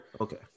Okay